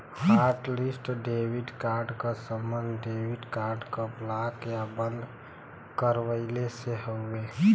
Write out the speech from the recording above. hotlist debit card क सम्बन्ध debit card क ब्लॉक या बंद करवइले से हउवे